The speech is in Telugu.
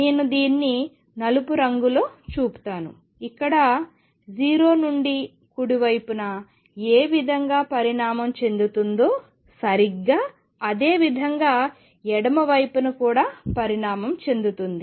నేను దీన్ని నలుపు రంగులో చూపుతాను ఇక్కడ 0 నుండి కుడి వైపున ఏ విధంగా పరిణామం చెందుతుందో సరిగ్గా అదే విధంగా ఎడమ వైపున కూడా పరిణామం చెందుతుంది